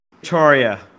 Victoria